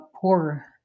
poor